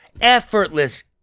effortless